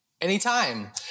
Anytime